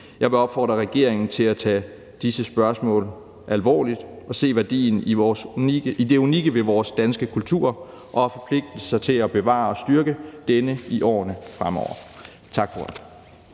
Jeg vil opfordre regeringen til at tage disse spørgsmål alvorligt og se værdien i det unikke ved vores danske kultur og forpligte sig til at bevare og styrke denne i årene fremover. Tak for ordet.